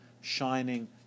shining